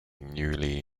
newly